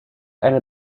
eine